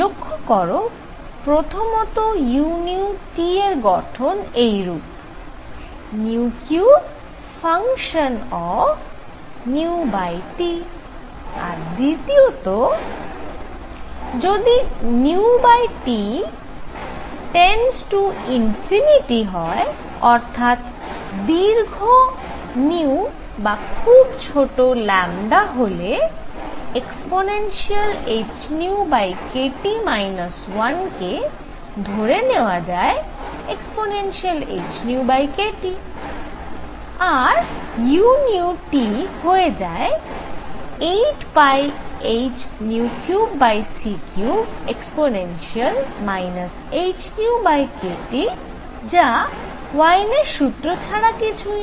লক্ষ্য করো প্রথমত u র গঠন এইরূপ 3f আর দ্বিতীয়ত যদি T→ ∞ অর্থাৎ দীর্ঘ্য বা খুব ছোট হলে ehνkT 1 কে ধরে নেওয়া যায় ehνkT আর u হয়ে যায় 8πh3c3e hνkT যা ওয়েইনের সূত্র Wien's formula ছাড়া কিছুই না